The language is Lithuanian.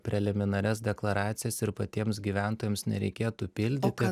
preliminarias deklaracijas ir patiems gyventojams nereikėtų pildyti